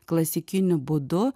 klasikiniu būdu